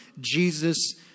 Jesus